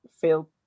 feel